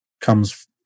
comes